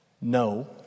no